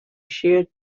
sheared